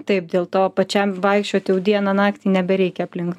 taip dėl to pačiam vaikščiot jau dieną naktį nebereikia aplink